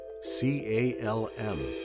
C-A-L-M